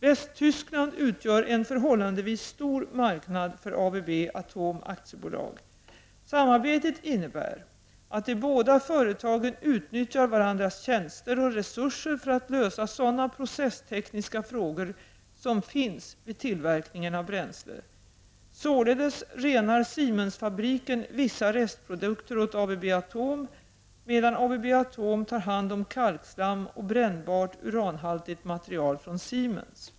Västtyskland utgör en förhållandevis stor marknad för ABB Atom AB. Samarbetet innebär att de båda företagen utnyttjar varandras tjänster och resurser för att lösa sådana processtekniska frågor som finns vid tillverkningen av bränsle. Således renar Siemens-fabriken vissa restprodukter åt ABB Atom, medan ABB Atom tar hand om kalkslam och brännbart uranhaltigt material från Siemens.